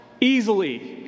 easily